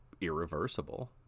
irreversible